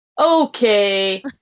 Okay